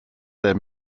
their